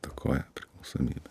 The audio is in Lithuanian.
įtakoja priklausomybę